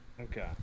Okay